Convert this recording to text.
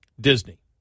Disney